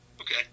Okay